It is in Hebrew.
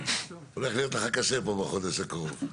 הולך להיות לך קשה פה בחודש הקרוב.